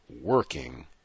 working